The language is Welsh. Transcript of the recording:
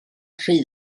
rhy